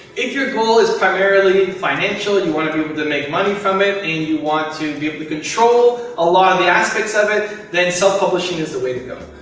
if your goal is primarily, financially, you want to be able to make money from it, and you want to be able to control a lot of the aspects of it, then self-publishing is the way to go.